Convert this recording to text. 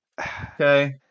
Okay